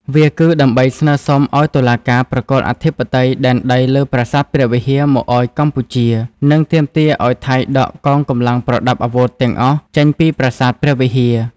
វាគឺដើម្បីស្នើសុំឱ្យតុលាការប្រគល់អធិបតេយ្យដែនដីលើប្រាសាទព្រះវិហារមកឱ្យកម្ពុជា និងទាមទារឱ្យថៃដកកងកម្លាំងប្រដាប់អាវុធទាំងអស់ចេញពីប្រាសាទព្រះវិហារ។